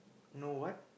no what